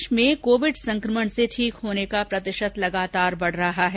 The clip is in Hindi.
देश में कोविड संक्रमण से ठीक होने का प्रतिशत लगातार बढ रहा है